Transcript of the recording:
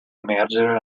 emergere